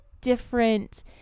different